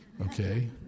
okay